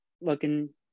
looking